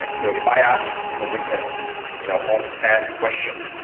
like so if i ask a witness you know on the stand a question,